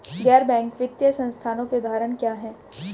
गैर बैंक वित्तीय संस्थानों के उदाहरण क्या हैं?